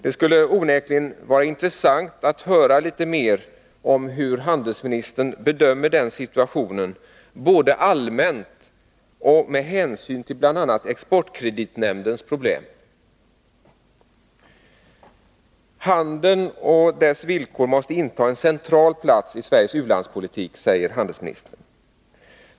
Det skulle onekligen vara intressant att höra litet mer om hur handelsministern bedömer denna situation, både allmänt och med hänsyn till bl.a. exportkreditnämndens problem. Handeln och dess villkor måste inta en central plats i Sveriges ulandspolitik, säger handelsministern.